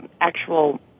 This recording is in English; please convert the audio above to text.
actual